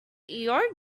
your